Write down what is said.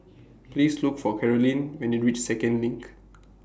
Please Look For Carolyne when YOU REACH Second LINK